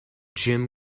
jim